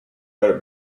better